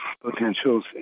potentials